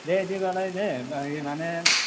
दे बिदिबालाय दे हो बे माने